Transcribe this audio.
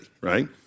right